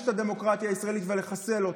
את הדמוקרטיה הישראלית ולחסל אותה.